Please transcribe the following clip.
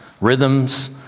rhythms